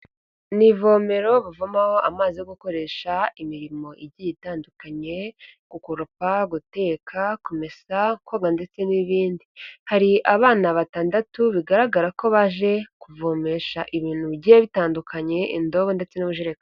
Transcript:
Ni ivomero bavomaho amazi yo gukoresha imirimo igiye itandukanye: gukoropa, guteka, kumesa, koga, ndetse n'ibindi. Hari abana batandatu bigaragara ko baje kuvomesha ibintu bigiye bitandukanye indobo, ndetse n'ubujereka...